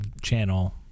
channel